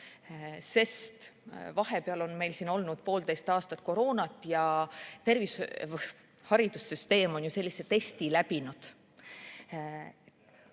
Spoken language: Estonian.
sest vahepeal on meil olnud poolteist aastat koroonat ja haridussüsteem on ju sellise testi läbi